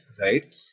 right